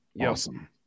Awesome